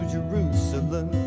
Jerusalem